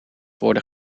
worden